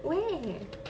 where